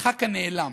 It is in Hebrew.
הח"כ הנעלם,